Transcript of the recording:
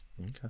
Okay